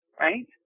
right